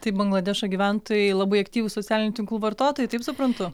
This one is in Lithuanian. tai bangladešo gyventojai labai aktyvūs socialinių tinklų vartotojai taip suprantu